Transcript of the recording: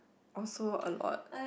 also a lot